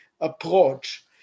approach